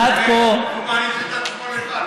הוא מעניש את עצמו לבד.